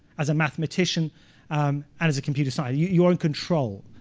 as a mathematician and as a computer scientist. you are in control.